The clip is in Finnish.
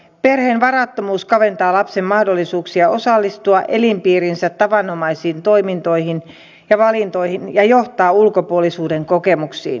perheen varattomuus kaventaa lapsen mahdollisuuksia osallistua elinpiirinsä tavanomaisiin toimintoihin ja valintoihin ja johtaa ulkopuolisuuden kokemuksiin